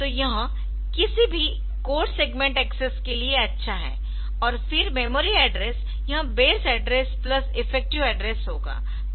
तो यह किसी भी कोड सेगमेंट एक्सेस के लिए अच्छा है और फिर मेमोरी एड्रेस यह base address plus effective address होगा